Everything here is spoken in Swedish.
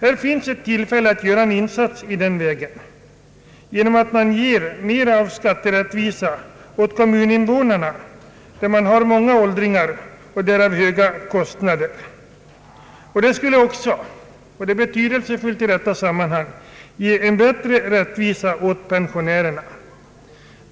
Här finns tillfälle att göra en insats i den vägen genom att bereda större skatterättvisa åt invånarna i de kommuner, där man har många åldringar och där kostnaderna för de kommunala bostadstilläggen följaktligen är höga. Detta skulle också — vilket är betydelsefullt i detta sammanhang — ge en bättre rättvisa åt pensionärerna.